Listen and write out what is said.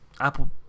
Apple